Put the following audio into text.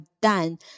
done